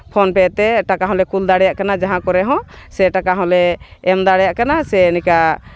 phone ᱯᱮ ᱛᱮ ᱴᱟᱠᱟ ᱦᱚᱸᱞᱮ ᱠᱩᱞ ᱫᱟᱲᱮᱭᱟᱜ ᱠᱟᱱᱟ ᱡᱟᱦᱟᱸ ᱠᱚᱨᱮ ᱦᱚᱸ ᱥᱮ ᱴᱟᱠᱟ ᱦᱚᱸᱞᱮ ᱮᱢ ᱫᱟᱲᱮᱭᱟᱜ ᱠᱟᱱᱟ ᱥᱮ ᱱᱤᱝᱠᱟ